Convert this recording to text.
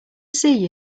see